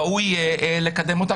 ראוי לקדם אותה.